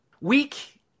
Weak